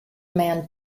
man